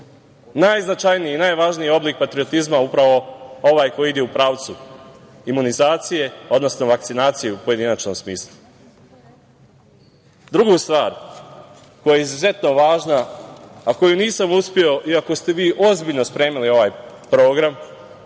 najznačajniji i najvažniji oblik patriotizma upravo ovaj koji ide u pravcu imunizacije, odnosno vakcinacije u pojedinačnom smislu. Drugu stvar koja je izuzetno važna, a koju nisam uspeo, iako ste vi ozbiljno spremali ovaj Program,